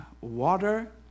water